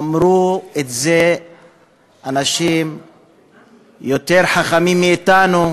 אמרו את זה אנשים יותר חכמים מאתנו,